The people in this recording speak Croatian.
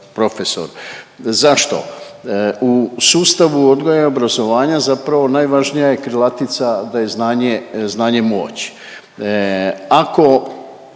profesor. Zašto? U sustavu odgoja i obrazovanja zapravo najvažnija je krilatica da je znanje, znanje moć. Ako